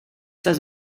das